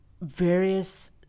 various